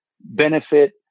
benefit